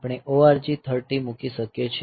આપણે ORG 30 H મૂકી શકીએ છીએ